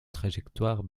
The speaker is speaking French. trajectoire